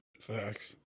Facts